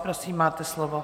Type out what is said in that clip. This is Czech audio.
Prosím, máte slovo.